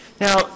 Now